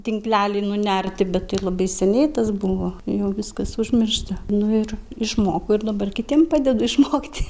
tinklelį nunerti bet tai labai seniai tas buvo jau viskas užmiršta nu ir išmokau ir dabar kitiem padedu išmokti